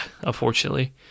unfortunately